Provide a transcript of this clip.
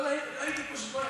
לא הייתי פה שבועיים.